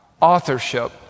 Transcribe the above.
authorship